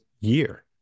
year